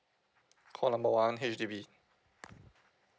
call number one H_D_B